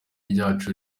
ryacu